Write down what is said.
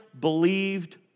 believed